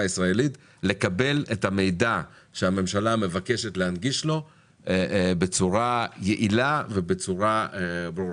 הישראלית לקבל את המידע שהממשלה מבקשת להנגיש לו בצורה יעילה וברורה.